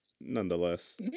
nonetheless